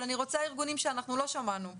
אבל אני רוצה ארגונים שלא שמענו.